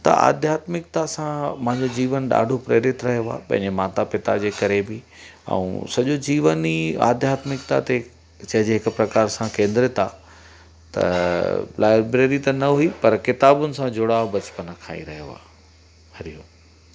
त आध्यात्मिकता सां मुंहिंजो जीवन ॾाढो प्रेरित रहियो आहे पंहिंजे माता पिता जे करे बि ऐं सॼो जीवन ई आध्यात्मिकता ते चइजे हिकु प्रकार सां केंद्रित आहे त लाइब्रेरी त न हूंदी हुई पर किताबुनि सां जुड़ाव बचपन खां ई रहियो आहे हरिओम